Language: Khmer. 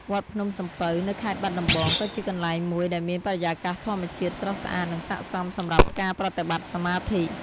វត្តភ្នំសំពៅ នៅខេត្តបាត់ដំបងក៏ជាកន្លែងមួយដែលមានបរិយាកាសធម្មជាតិស្រស់ស្អាតនិងស័ក្តិសមសម្រាប់ការប្រតិបត្តិសមាធិ។